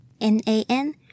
N-A-N